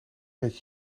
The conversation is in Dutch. dat